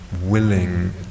willing